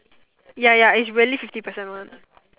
ya ya it's really fifty percent one